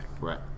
Right